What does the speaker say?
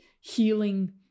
healing